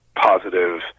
Positive